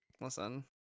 listen